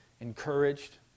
encouraged